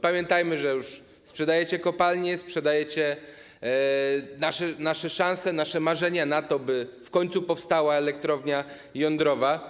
Pamiętajmy, że już sprzedajecie kopalnie, sprzedajecie nasze szanse, nasze marzenia o tym, by w końcu powstała elektrownia jądrowa.